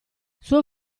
suo